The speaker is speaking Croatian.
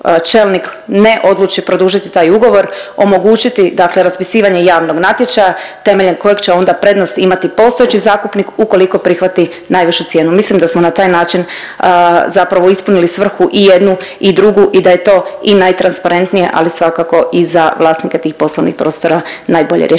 čelnik ne odluči produžiti taj ugovor, omogućiti dakle raspisivanje javnog natječaja temeljem kojeg će onda prednost imati postojeći zakupnik ukoliko prihvati najvišu cijenu. Mislim da smo na taj način zapravo ispunili svrhu i jednu i drugu i da je to i najtransparentnije, ali svakako i za vlasnike tih poslovnih prostora najbolje rješenje,